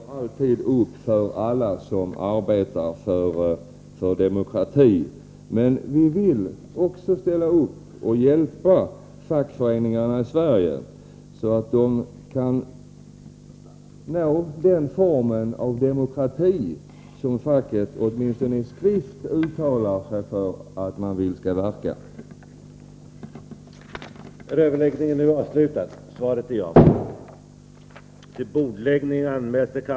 Herr talman! Vi ställer alAg upp för alla som arbetar för demokrati. Men Om viss lagstiftvi vill också ställa upp och hjälpa fackföreningarna i Sverige, så att de kan nå ning avseende den form av demokrati som facket åtminstone i skrift uttalar sig till förmån ideella föreningar